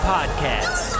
Podcast